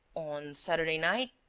on saturday night.